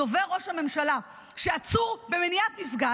דובר ראש הממשלה שעצור במניעת מפגש,